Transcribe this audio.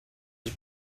was